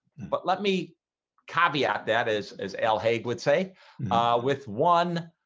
but let me caveat that is as l hague would say with one